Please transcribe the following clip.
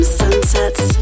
sunsets